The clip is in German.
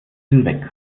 hinweg